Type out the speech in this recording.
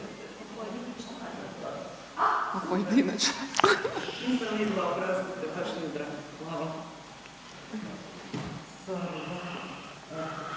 azila. Hvala.